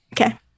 Okay